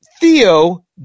Theo